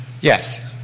Yes